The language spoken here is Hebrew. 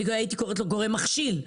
הייתי קוראת לו גורם מכשיל.